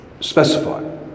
Specify